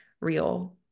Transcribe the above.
real